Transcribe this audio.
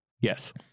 Yes